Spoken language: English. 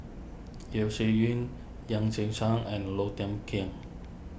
Yeo Shih Yun Yan Qing Chang and Low Thia Khiang